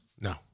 No